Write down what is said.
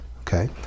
okay